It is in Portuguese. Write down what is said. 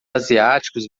asiáticos